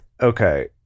Okay